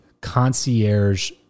concierge